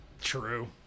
True